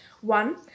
One